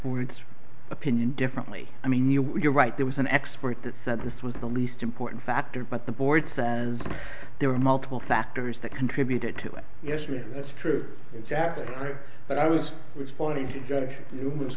words opinion differently i mean you're right there was an expert that said this was the least important factor but the board says there are multiple factors that contributed to it yes yes that's true exactly but i was responding to judge